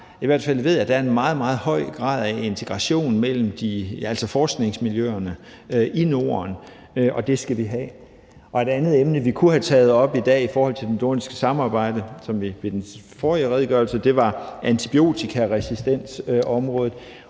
I hvert fald ved jeg, at der er en meget, meget høj grad af integration mellem forskningsmiljøerne i Norden, og det skal vi have. Og et andet emne, vi kunne have taget op i dag i forhold til det nordiske samarbejde som ved den forrige redegørelse, var antibiotikaresistensområdet,